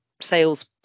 sales